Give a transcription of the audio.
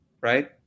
Right